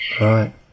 right